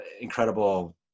incredible